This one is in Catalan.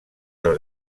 del